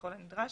ככל הנדרש